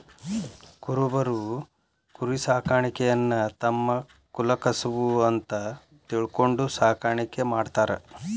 ಕುರಬರು ಕುರಿಸಾಕಾಣಿಕೆಯನ್ನ ತಮ್ಮ ಕುಲಕಸಬು ಅಂತ ತಿಳ್ಕೊಂಡು ಸಾಕಾಣಿಕೆ ಮಾಡ್ತಾರ